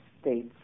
states